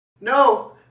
No